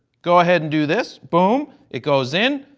go ahead and do this. boom! it goes in.